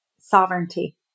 sovereignty